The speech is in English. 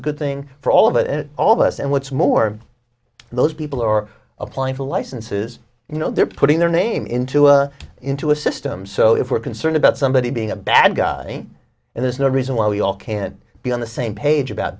a good thing for all of it all of us and what's more those people are applying for licenses you know they're putting their name into a into a system so if we're concerned about somebody being a bad guy and there's no reason why we all can't be on the same page about